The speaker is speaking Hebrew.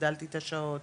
שהגדלתי את השעות,